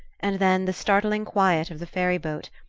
and then the startling quiet of the ferry-boat,